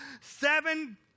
seven